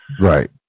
Right